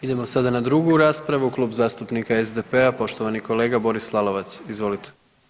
Idemo sada na drugu raspravu, Klub zastupnika SDP-a, poštovani kolega Boris Lalovac, izvolite.